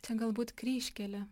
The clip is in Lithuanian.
čia galbūt kryžkelė